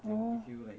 oh